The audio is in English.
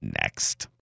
Next